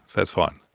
that's fine